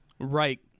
right